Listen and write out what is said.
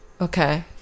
okay